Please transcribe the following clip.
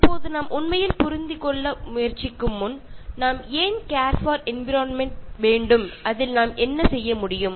இப்போது நாம் உண்மையில் புரிந்துகொள்ள முயற்சிக்கும் முன் நாம் ஏன் கேர் பார் என்விரோன்மெண்ட் வேண்டும் அதில் நாம் என்ன செய்ய முடியும்